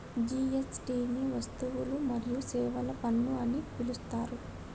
GST ని వస్తువులు మరియు సేవల పన్ను అని పిలుత్తారు